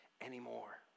anymore